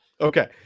Okay